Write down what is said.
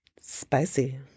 spicy